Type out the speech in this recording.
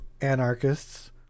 anarchists